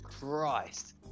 Christ